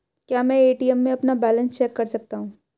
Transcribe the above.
क्या मैं ए.टी.एम में अपना बैलेंस चेक कर सकता हूँ?